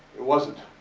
it wasnt.